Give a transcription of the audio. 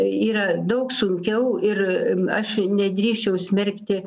yra daug sunkiau ir aš nedrįsčiau smerkti